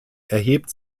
erhebt